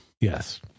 Yes